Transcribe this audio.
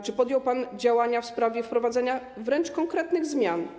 Czy podjął pan działania w sprawie wprowadzenia konkretnych zmian?